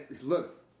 Look